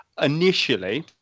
initially